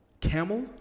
Camel